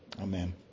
Amen